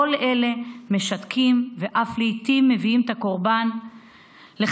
כל אלה משתקים ולעיתים אף מביאים את הקורבן לחזרה